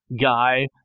guy